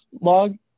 log